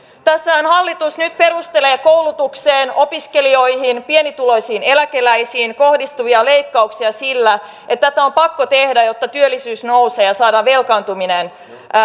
tässähän hallitus nyt perustelee koulutukseen opiskelijoihin pienituloisiin eläkeläisiin kohdistuvia leikkauksia sillä että tätä on pakko tehdä jotta työllisyys nousee ja saadaan velkaantuminen